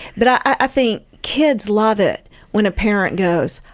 but i think kids love it when a parent goes,